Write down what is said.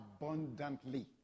abundantly